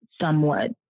somewhat